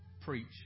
Preach